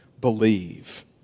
believe